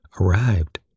arrived